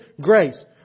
grace